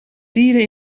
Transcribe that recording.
dieren